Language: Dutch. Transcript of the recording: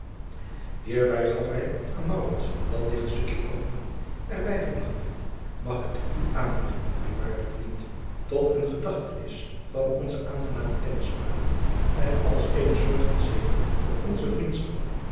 ierbij gaf hij aan dat dichtstukje over er bijvoegende ag ik het u aanbieden mijn waarde vriend tot eene gedachtenis van onze aangename kennismaking en als eene soort van zegel op onze vriendschap